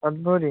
আধ ভরি